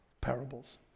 parables